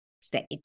state